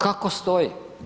Kako stoji?